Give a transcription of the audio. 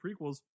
prequels